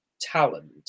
talent